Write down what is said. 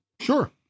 Sure